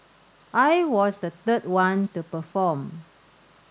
I was the third one to perform